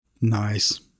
Nice